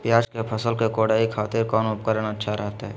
प्याज के फसल के कोढ़ाई करे खातिर कौन उपकरण अच्छा रहतय?